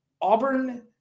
Auburn